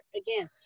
again